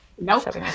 Nope